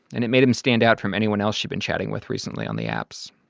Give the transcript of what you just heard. and it made him stand out from anyone else she'd been chatting with recently on the apps.